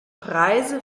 preise